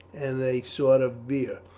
and a sort of beer.